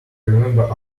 remember